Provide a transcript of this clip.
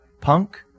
punk